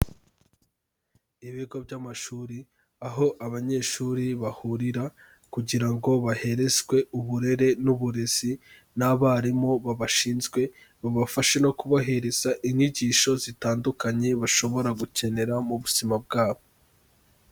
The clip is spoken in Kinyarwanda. Ibigo by'amashuri, aho abanyeshuri bahurira kugira ngo baherezwe uburere n'uburezi n'abarimu babashinzwe, babafashe no kubahereza inyigisho zitandukanye bashobora gukenera mu buzima bwabo.